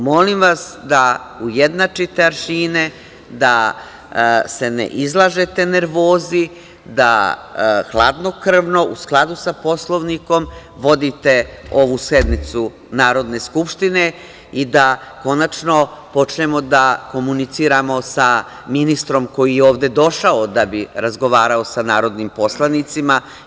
Molim vas da ujednačite aršine, da se ne izlažete nervozi, da hladnokrvno u skladu sa Poslovnikom vodite ovu sednicu Narodne skupštine i da konačno počnemo da komuniciramo sa ministrom koji je ovde došao da bi razgovarao sa narodnim poslanicima.